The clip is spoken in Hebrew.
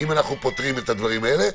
אם אנחנו פותרים את הדברים האלה,